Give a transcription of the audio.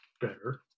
better